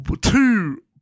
Two